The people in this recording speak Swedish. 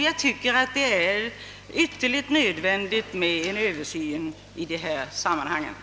Jag tycker det är ytterligt nödvändigt med en översyn av dessa frågor.